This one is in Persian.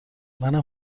منم